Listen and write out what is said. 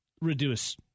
reduce